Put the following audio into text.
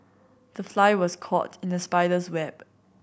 the fly was caught in the spider's web